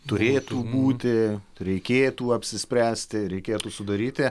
turėtų būti reikėtų apsispręsti reikėtų sudaryti